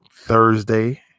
Thursday